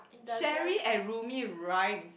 Sherry and Roomie rhyme